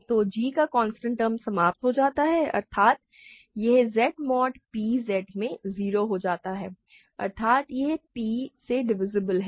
तो g का constant term समाप्त हो जाता है अर्थात यह Z mod p Z में 0 हो जाता है अर्थात यह p से डिवीसीब्ल है यह Z में p से डिवीसीब्ल है